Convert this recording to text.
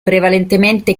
prevalentemente